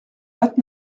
vingt